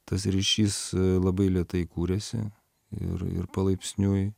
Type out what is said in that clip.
tas ryšys labai lėtai kuriasi ir ir palaipsniui